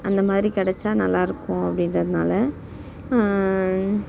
அந்த மாதிரி கிடச்சா நல்லாயிருக்கும் அப்படின்றதுனால